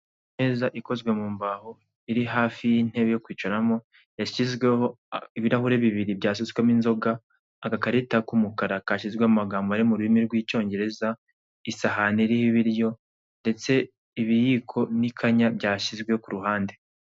Imeza ikozwe mu mbaho iri hafi y'intebe yo kwicaramo yashyiweho ibirahure bibiri byasutswemo inzoga, agakarita k'umukara kashyizweho amagambo ari mu rurimi rw'icyongereza, isahani iriho ibiryo ndetse ibiyiko n'ikanya byashyizwe ku ruhande.